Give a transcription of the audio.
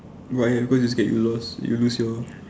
whatever just gets you lost you lose your